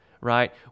right